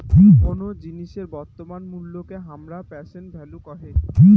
কোন জিনিসের বর্তমান মুল্যকে হামরা প্রেসেন্ট ভ্যালু কহে